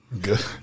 Good